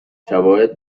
شواهد